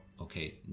okay